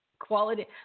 quality